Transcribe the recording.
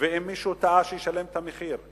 ואם מישהו טעה, שישלם את המחיר.